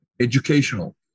educational